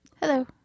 Hello